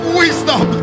wisdom